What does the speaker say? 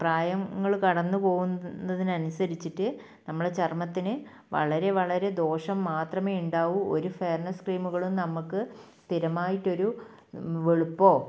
പ്രായങ്ങൾ കടന്ന് പോവുന്നതിനനുസരിച്ചിട്ട് നമ്മുടെ ചർമ്മത്തിന് വളരെ വളരെ ദോഷം മാത്രമേ ഉണ്ടാവൂ ഒരു ഫെയർനെസ് ക്രീമുകളും നമ്മൾക്ക് സ്ഥിരമായിട്ടൊരു വെളുപ്പോ